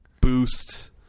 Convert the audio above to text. boost